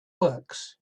works